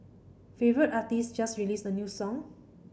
favourite artist just released a new song